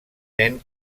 nen